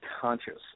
conscious